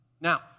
Now